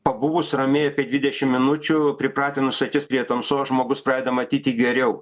pabuvus ramiai apie dvidešim minučių pripratinus akis prie tamsos žmogus pradeda matyti geriau